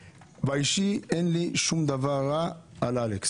באישי אין לי שום דבר רע על אלכס,